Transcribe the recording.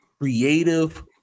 creative